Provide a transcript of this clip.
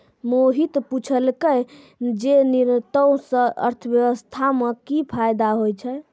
मोहित पुछलकै जे निर्यातो से अर्थव्यवस्था मे कि फायदा होय छै